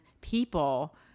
people